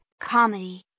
comedy